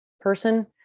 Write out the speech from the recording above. person